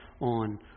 on